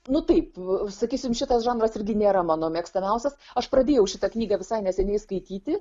nu taip sakysim šitas žanras irgi nėra mano mėgstamiausias aš pradėjau šitą knygą visai neseniai skaityti